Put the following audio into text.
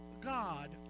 God